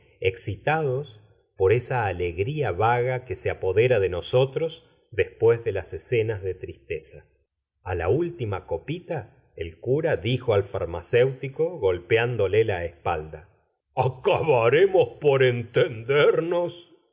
excitados por esa alegria vaga que se apodera de nosotros después de las escenas de tristeza a la última copita el cura dijo al farmacéutico golpeandole la espalda acabaremos por entendernos